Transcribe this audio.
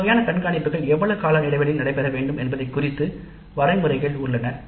இந்தவகையான கண்காணிப்புகள் எவ்வளவு கால இடைவெளியில் நடைபெற வேண்டும் என்பதை குறித்து வரைமுறைகள் உள்ளன